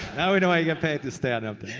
now we know why you get paid to stand up